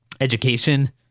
education